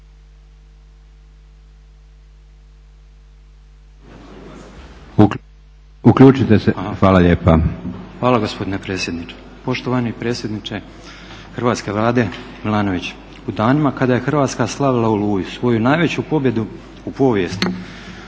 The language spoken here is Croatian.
Hvala gospodine predsjedniče. Poštovani predsjedniče Hrvatske vlade Milanović, u danima kada je Hrvatska slavila Oluju svoju najveću pobjedu u povijesti,